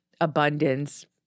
abundance